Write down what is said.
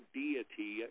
deity